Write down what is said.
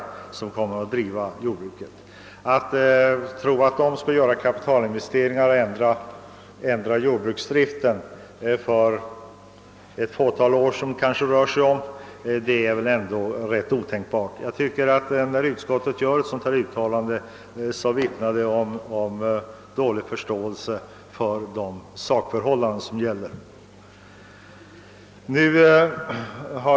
Det är väl ändå fel att tro, att de äldre jordbrukarna skulle vilja göra kapitalinvesteringar för att ändra driften för det fåtal år som det kan röra sig om. Utskottets uttalande vittnar om dålig förståelse för rådande förhållanden.